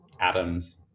atoms